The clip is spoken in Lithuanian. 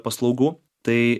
paslaugų tai